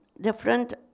Different